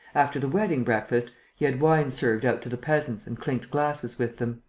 after the wedding-breakfast, he had wine served out to the peasants and clinked glasses with them.